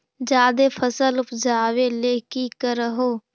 जादे फसल उपजाबे ले की कर हो?